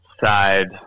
side